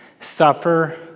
suffer